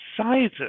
sizes